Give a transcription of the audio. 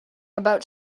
about